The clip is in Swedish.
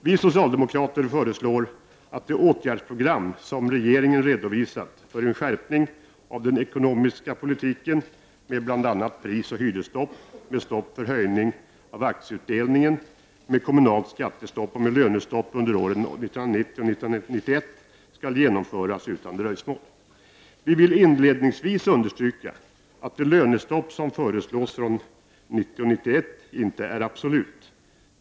Vi socialdemokrater föreslår att det åtgärdsprogram som regeringen redovisat för en skärpning av den ekonomiska politiken med bl.a. prisoch hyresstopp, med stopp för höjning av aktieutdelningen, med kommunalt skattestopp och med lönestopp under åren 1990 och 1991 skall genomföras utan dröjsmål. Jag vill inledningsvis understryka att det lönestopp som föreslås för 1990 och 1991 inte är absolut.